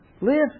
Live